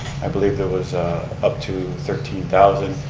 i believe there was up to thirteen thousand.